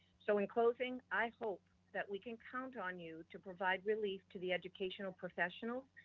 so in closing, i hope that we can count on you to provide relief to the educational professionals,